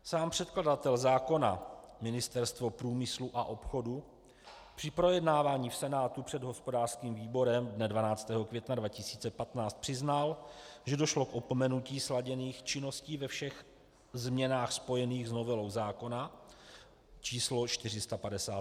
Sám předkladatel zákona, Ministerstvo průmyslu a obchodu, při projednávání v Senátu před hospodářským výborem dne 12. května 2015 přiznal, že došlo k opomenutí sladěných činností ve všech změnách spojených s novelou zákona č. 458.